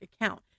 account